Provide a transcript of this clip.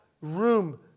room